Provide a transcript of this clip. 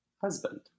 husband